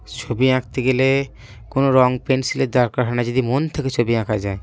ছবি আঁকতে গেলে কোনো রঙ পেন্সিলের দরকার হয় না যদি মন থেকে ছবি আঁকা যায়